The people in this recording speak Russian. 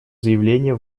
заявление